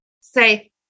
Say